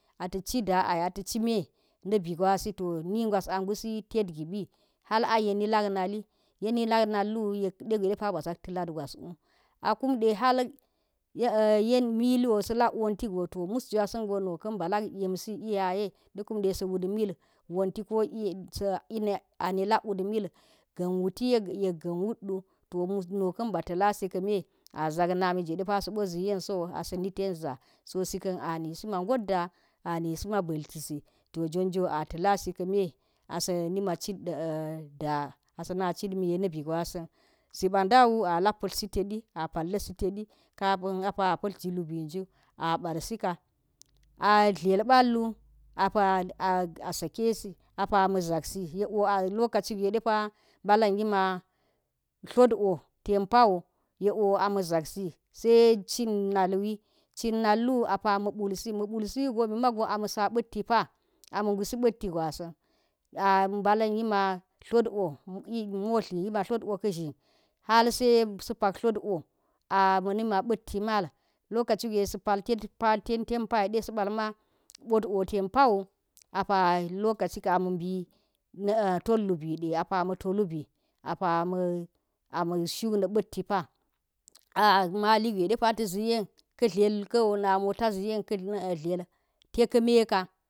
A ta̱ ci da, ai a ta̱ ci me na̱ bi gwasi to nig was a ngusi tet gibi hal a yeni lak nnali, yen lak nal wu, yek de gwe bazak ta̱ lat gwas u, a kumdde hal milo sa̱ lak wantigo to mu gwansi iyaye de kummde sa̱ wut mil wanti ka ane lak wut mil ga̱n wul yek ga̱n wutu wu nuka̱n ba ta̱ lasi kame a zak nami jwe depa sa bo zi yensow a sa̱ ni ten za so s ikan b ani sina ngot da a ni si ma balti ze to jonjo a talasi kame a s ani ma at da s ana cit me na bi gwa sa̱n zeba̱ dawu a la pa̱tlsi te di a palisi tedi kapa̱n apa a pa̱tl ji lubiyu a ba̱ sika a dlel bal wu apa̱ a ssake si, am ma za si apa lokacigwe de pa mbalin yima tlot wo tem pawu yek wo a mma zak sis ai cin nal wi cin nalwu apa ma̱ pulsi, ma̱ pulsi wu mima go apa ma̱ sa pati pa amma nansi mpiti gwasan a mba̱lin yima tlot wo modli yima tlowo ka̱ zhin, hal se sa̱ pak dlot wo a ma̱ mi ma mbiti mal sa̱ pa̱l ten ten payi de sa̱ ba̱lma pot wo ten pawu ka̱ lokaci ka̱n a mi bi ton lubi a pa ma̱ shuk na̱ ba̱ti pa a mali gwe depa tal zi yen ka tlel wo na mota ziyen ka̱ tlal, tek ka̱ me ka.